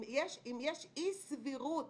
אם יש אי-סבירות